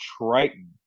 Triton